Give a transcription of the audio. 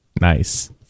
Nice